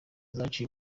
zaciye